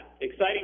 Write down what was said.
exciting